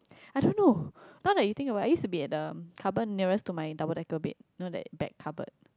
I don't know now that you think about it I used to be at the cupboard nearest to my double decker bed know that back cupboard